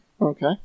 okay